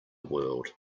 world